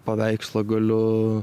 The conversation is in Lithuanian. paveikslą galiu